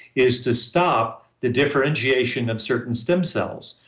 is to stop the differentiation of certain stem cells.